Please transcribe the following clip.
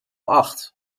acht